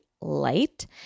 light